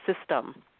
system